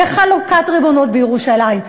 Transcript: וחלוקת ריבונות בירושלים,